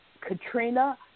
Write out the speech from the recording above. Katrina